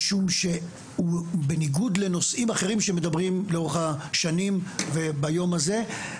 משום שבניגוד לנושאים אחרים שמדברים לאורך השנים וביום הזה,